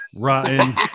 rotten